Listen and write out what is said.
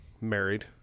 married